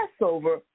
Passover